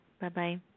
Bye-bye